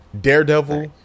Daredevil